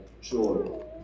joy